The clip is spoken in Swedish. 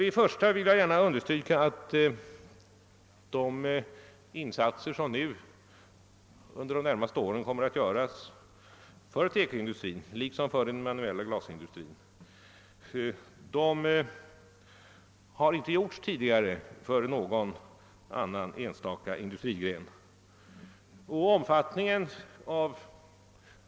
Först och främst vill jag gärna understryka att sådana insatser som under de närmaste åren kommer att göras för TEKO-industrin liksom för den manuella glasindustrin inte tidigare har gjorts för någon annan industrigren.